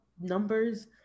numbers